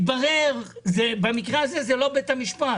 התברר שבמקרה הזה אין מדובר בבית המשפט